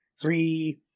three